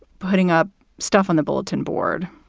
putting up stuff on the bulletin board?